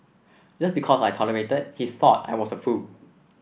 just because I tolerated he thought I was a fool